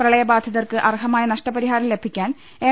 പ്രളയ ബാധിതർക്ക് അർഹമായ നഷ്ടപരിഹാരം ലഭി ക്കാൻ എം